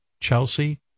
Chelsea